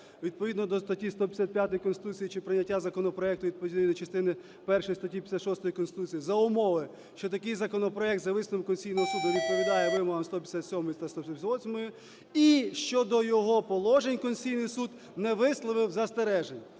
відповідно до статті 155 Конституції чи прийняття законопроекту відповідно до частини першої статті 156 Конституції за умови, що такий законопроект за висновком Конституційного Суду відповідає вимогам 157-і та 158-ї… і щодо його положень Конституційний Суд не висловив застережень".